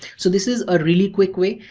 so this is a really quick way.